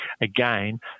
again